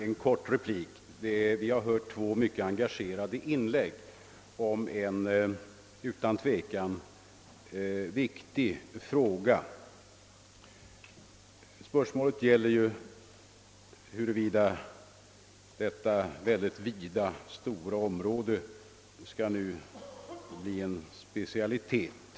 Herr talman! Jag skall be att få göra en kort replik. Vi har hört två mycket engagerade inlägg i en utan tvivel viktig fråga, som ju gäller huruvida detta mycket stora område nu skall bli en specialitet.